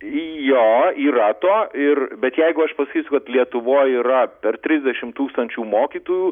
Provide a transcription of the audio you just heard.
jo yra to ir bet jeigu aš pasakysiu kad lietuvoj yra per trisdešimt tūkstančių mokytojų